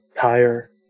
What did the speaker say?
tire